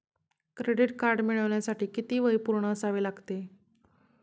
Credit card मिळवण्यासाठी किती वय पूर्ण असावे लागते?